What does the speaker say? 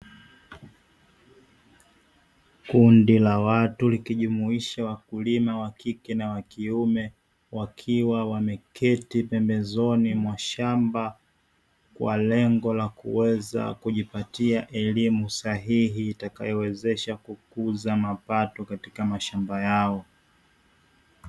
Kundi la watu likijumuisha wakulima wa kike na wa kiume wakiwa wameketi pembezoni mwa shamba kwa lengo la kuweza kujipatia elimu sahihi, itakayowezesha kukuza mapato katika mashamba yao.